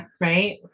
Right